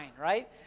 right